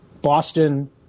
Boston